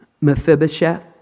Mephibosheth